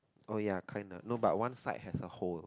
oh ya kinda no but one side has a hole